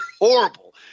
horrible